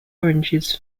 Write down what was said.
oranges